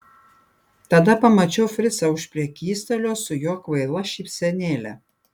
tada pamačiau fricą už prekystalio su jo kvaila šypsenėle